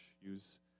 use